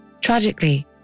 Tragically